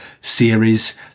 series